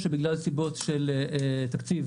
בגלל סיבות של תקציב,